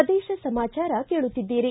ಪ್ರದೇಶ ಸಮಾಚಾರ ಕೇಳುತ್ತಿದ್ದೀರಿ